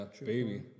Baby